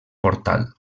portal